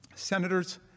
senators